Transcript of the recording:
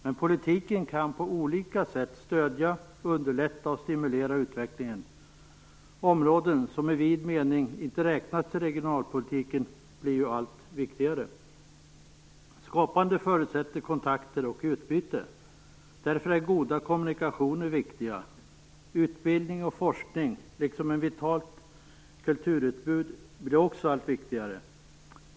Men politiken kan på olika sätt stödja, underlätta och stimulera utvecklingen. Områden som i vid mening inte räknas till regionalpolitiken blir allt viktigare. Skapande förutsätter kontakter och utbyte, därför är goda kommunikationer viktiga. Utbildning och forskning, liksom ett vitalt kulturutbud blir också allt viktigare.